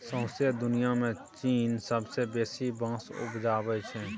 सौंसे दुनियाँ मे चीन सबसँ बेसी बाँस उपजाबै छै